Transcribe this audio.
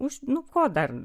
už nuo ko dar